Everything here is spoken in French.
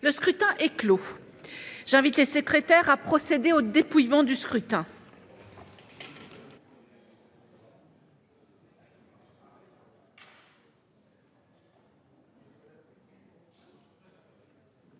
Le scrutin est clos. J'invite Mmes et MM. les secrétaires à procéder au dépouillement du scrutin.